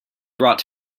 brought